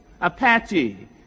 Apache